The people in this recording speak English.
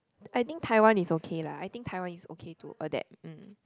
I think Taiwan is okay lah I think Taiwan is okay to adapt mm